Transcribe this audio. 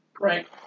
Right